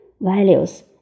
values